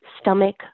stomach